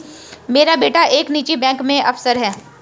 मेरा बेटा एक निजी बैंक में अफसर है